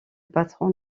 patron